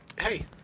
hey